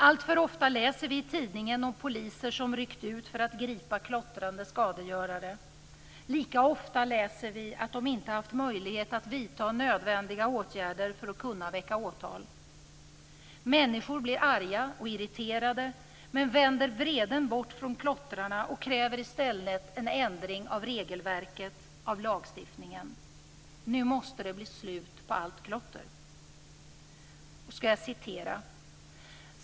Alltför ofta läser vi i tidningen om poliser som ryckt ut för att gripa klottrande skadegörare. Lika ofta läser vi att de inte haft möjlighet att vidta nödvändiga åtgärder för att kunna väcka åtal. Människor blir arga och irriterade men vänder vreden bort från klottrarna och kräver i stället en ändring av regelverket, av lagstiftningen: "Nu måste det bli slut på allt klotter!"